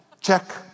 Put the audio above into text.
check